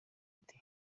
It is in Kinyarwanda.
ati